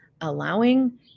allowing